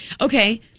okay